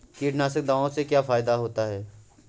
कीटनाशक दवाओं से क्या फायदा होता है?